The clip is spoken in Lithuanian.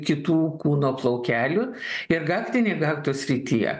kitų kūno plaukelių ir gaktinė gaktos srityje